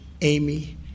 Amy